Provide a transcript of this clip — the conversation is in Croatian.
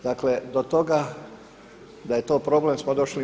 Dakle, do toga da je to problem, smo došli mi.